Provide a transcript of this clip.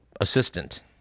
assistant